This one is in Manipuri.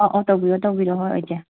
ꯑꯧ ꯑꯧ ꯇꯧꯕꯤꯔꯣ ꯇꯧꯕꯤꯔꯣ ꯍꯣꯏ ꯏꯆꯦ